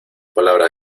palabras